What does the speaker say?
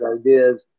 ideas